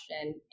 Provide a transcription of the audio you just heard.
question